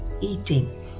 eating